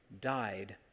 died